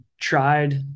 tried